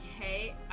Okay